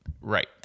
Right